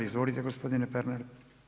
Izvolite gospodine Pernar.